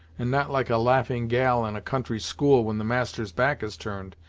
and not like a laughing gal in a country school when the master's back is turned,